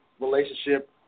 relationship